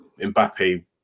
Mbappe